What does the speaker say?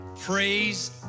Praise